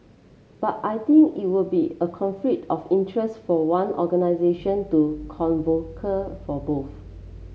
but I think it would be a conflict of interest for one organisation to for both